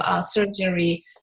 surgery